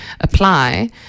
apply